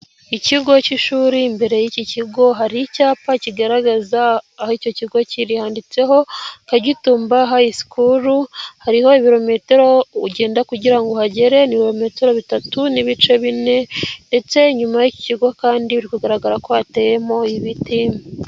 Ikigo cy'ishuri imbere y'iki kigo hari icyapa kigaragaza aho icyo kigo kiri cyanditseho kagitumba hayi sikuru, hariho ibirometero ugenda kugira uhagere ni ibirometero bitatu n'ibice bine, ndetse inyuma y'ikigo kandi biri kugaragara ko hateyemo ibiti.